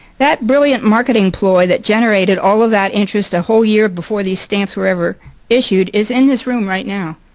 that brilliant marketing ploy that generated all of that interest a whole year before these stamps were ever issued is in this room right now.